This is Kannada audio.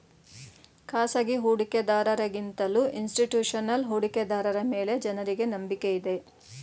ಖಾಸಗಿ ಹೂಡಿಕೆದಾರರ ಗಿಂತಲೂ ಇನ್ಸ್ತಿಟ್ಯೂಷನಲ್ ಹೂಡಿಕೆದಾರರ ಮೇಲೆ ಜನರಿಗೆ ನಂಬಿಕೆ ಇದೆ